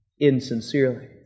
Insincerely